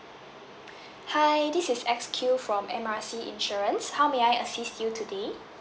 hi this is X Q from M_R_C insurance how may I assist you today